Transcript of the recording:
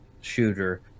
shooter